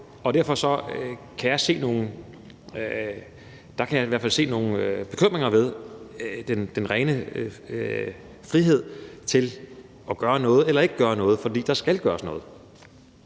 hvert fald se nogle bekymringer ved den rene frihed til at gøre noget eller ikke gøre noget, for der skal gøres noget.